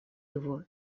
его